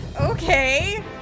Okay